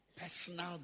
Personal